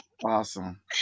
Awesome